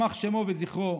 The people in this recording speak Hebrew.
יימח שמו וזכרו,